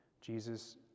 Jesus